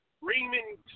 Raymond